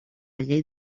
llei